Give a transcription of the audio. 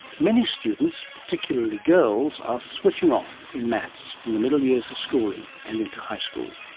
many students, particularly girls, are switching off in maths in the middle years of schooling and into high school.